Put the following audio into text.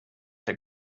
der